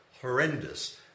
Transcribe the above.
horrendous